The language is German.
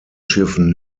schiffen